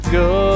go